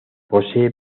posee